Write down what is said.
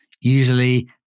Usually